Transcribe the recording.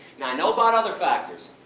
now i know about other factors,